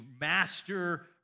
master